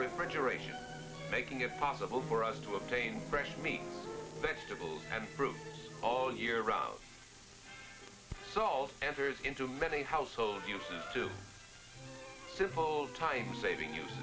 refrigeration making it possible for us to obtain fresh meat vegetables and fruit all year round salt enters into many household uses two simple time saving use